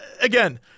again